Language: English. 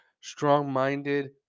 strong-minded